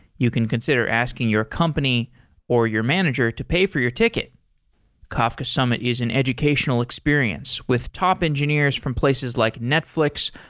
you can consider asking your company or your manager to pay for your ticket kafka summit is an educational experience with top engineers from places like netflix,